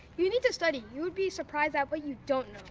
you need to study. you would be surprised at what you don't